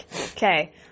Okay